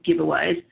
giveaways